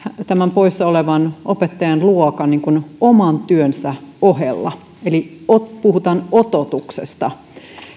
tämän poissa olevan opettajan luokan oman työnsä ohella eli puhutaan ototuksesta